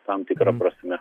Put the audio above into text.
tam tikra prasme